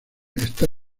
está